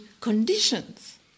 conditions